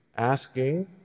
Asking